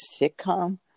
sitcom